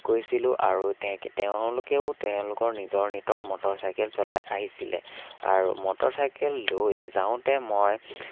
গৈছিলোঁ আৰু তে তেওঁলোকেও তেওঁলোকৰ নিজৰ নিতৰ মটৰচাইকেল চলাই আহিছিলে আৰু মটৰচাইকেল লৈ যাওঁতে মই